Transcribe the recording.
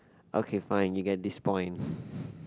okay fine you get this point